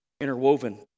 interwoven